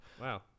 wow